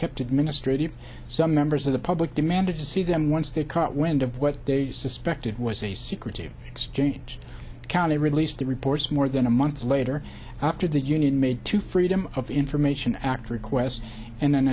kept administrative some members of the public demanded to see them once they caught wind of what they suspected was a secretive exchange county released the reports more than a month later after the union made to freedom of information act request and an